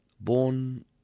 Born